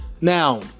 Now